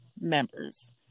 members